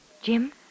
Jim